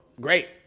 great